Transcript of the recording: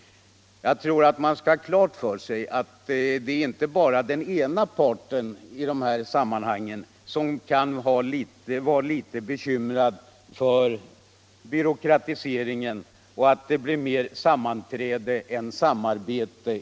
Jag tror att man skall ha klart för sig att det inte bara är den ena parten som kan vara bekymrad för byråkratisering och för att det kan bli mer sammanträden än samarbete.